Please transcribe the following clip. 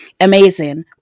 amazing